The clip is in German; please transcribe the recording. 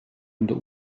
unter